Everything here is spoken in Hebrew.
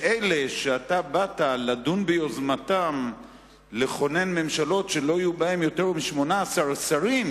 שאלה שאתה באת לדון ביוזמתם בכינון ממשלות שלא יהיו בהן יותר מ-18 שרים,